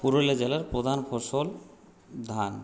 পুরুলিয়া জেলার প্রধান ফসল ধান